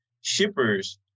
shippers